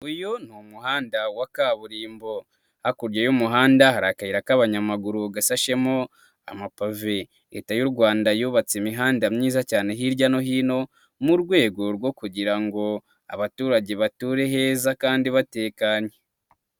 uyu ni umuhanda wa kaburimbo, hakurya y'umuhanda hari akayira k'abanyamaguru gasashemo amapave, leta y'u Rwanda yubatse imihanda myiza cyane hirya no hino, mu rwego rwo kugira ngo abaturage bature heza kandi batekanye.